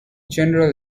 general